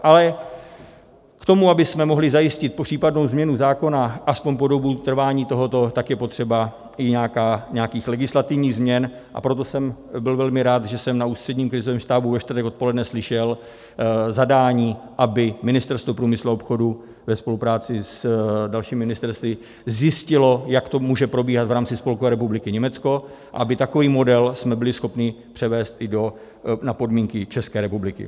Ale k tomu, abychom mohli zajistit případnou změnu zákona aspoň po dobu trvání tohoto, tak je potřeba i nějakých legislativních změn, a proto jsem byl velmi rád, že jsem na Ústředním krizovém štábu ve čtvrtek odpoledne slyšel zadání, aby Ministerstvo průmyslu a obchodu ve spolupráci s dalšími ministerstvy zjistilo, jak to může probíhat v rámci Spolkové republiky Německo, a abychom takový model byli schopni převést i na podmínky České republiky.